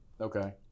Okay